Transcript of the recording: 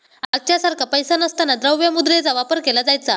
आजच्या सारखा पैसा नसताना द्रव्य मुद्रेचा वापर केला जायचा